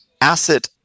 acid